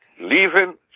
leaving